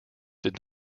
did